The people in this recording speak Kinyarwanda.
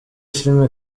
filime